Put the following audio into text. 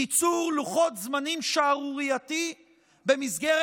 קיצור לוחות זמנים שערורייתי במסגרת